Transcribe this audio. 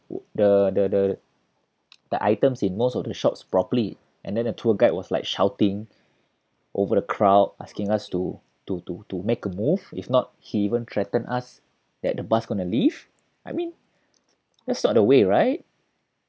the the the the items in most of the shops properly and then the tour guide was like shouting over the crowd asking us to to to to make a move if not he even threatened us that the bus gonna leave I mean that's not the way right